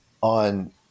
on